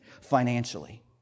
financially